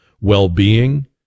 well-being